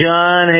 John